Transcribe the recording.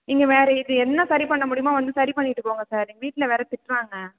இங்கே வேறு இது என்ன சரி பண்ண முடியுமோ வந்து சரி பண்ணிட்டு போங்கள் சார் வீட்டில் வேறு திட்டுறாங்க